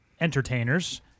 entertainers